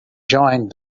joined